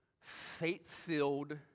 faith-filled